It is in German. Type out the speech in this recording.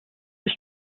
ich